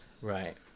Right